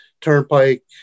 Turnpike